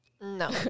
No